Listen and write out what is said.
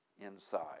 inside